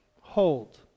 hold